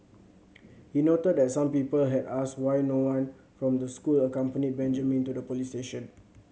he noted that some people had asked why no one from the school accompanied Benjamin to the police station